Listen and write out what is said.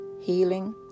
healing